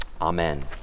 Amen